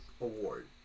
Award